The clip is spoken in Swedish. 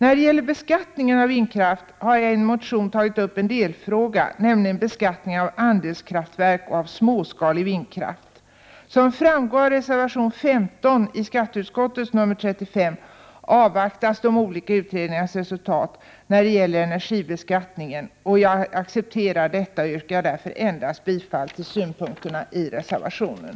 När det gäller beskattningen av vindkraft har jag i en motion tagit upp en delfråga, nämligen frågan om beskattning av andelskraftverk och av småskalig vindkraft. Som framgår av reservation nr 15 i skatteutskottets betänkande 35 avvaktas de olika utredningarnas resultat när det gäller energibeskattningen. Jag accepterar detta och yrkar därför endast bifall till synpunkterna i reservationen.